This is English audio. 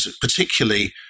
particularly